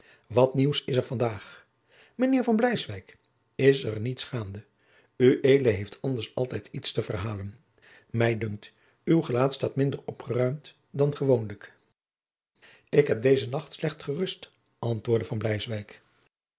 wat nieuws is er vandaag mijnheer van bleiswyk is er niets gaande ued heeft anders altijd iets te verhalen mij dunkt uw gelaat staat minder opgeruimd dan gewoonlijk ik heb deze nacht slecht gerust antwoordde